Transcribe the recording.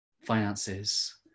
finances